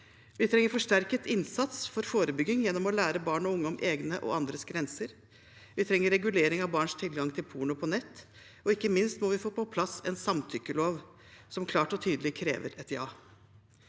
Vi trenger forsterket innsats for forebygging gjennom å lære barn og unge om egne og andres grenser. Vi trenger regulering av barns tilgang til porno på nett. Ikke minst må vi få på plass en samtykkelov som klart og tydelig krever et ja.